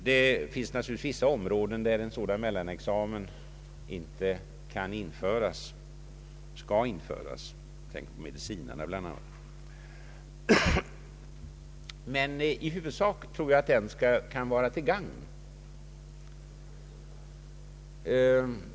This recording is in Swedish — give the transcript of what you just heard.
Det finns naturligtvis vissa områden där en sådan examen inte kan införas och inte skall införas — jag tänker bl.a. på medicinarna — men i huvudsak tror jag att den kan vara till gagn.